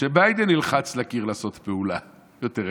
שביידן נלחץ לקיר לעשות פעולה יותר אקטיבית.